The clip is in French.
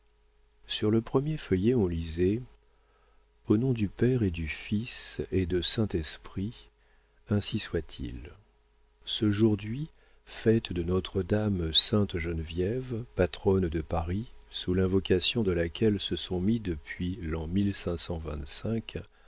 sur le premier feuillet on lisait au nom du père et du fils et dv sainct esprit ainsi soit-il cejovrd'hui feste de nostre dame saincte geneviesve patronne de paris sous l'inuocation de laquelle se sont miz depuis l'an